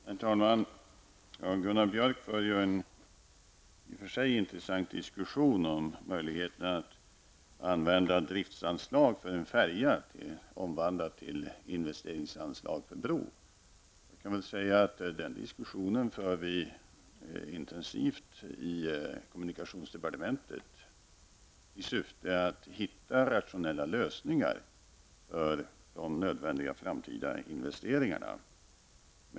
Herr talman! Gunnar Björk för i och för sig en intressant diskussion om möjligheterna att använda driftanslag för en färja; detta omvandlat till investeringsanslag för en bro. Men den diskussionen för vi intensivt i kommunikationsdepartementet i syfte att hitta rationella lösningar beträffande nödvändiga framtida investeringar.